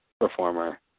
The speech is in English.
performer